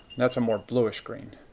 that's a more blue-ish green.